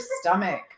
stomach